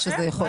איך?